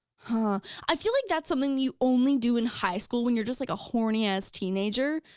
huh? i feel like that's something you only do in high school when you're just like a horny as teenager,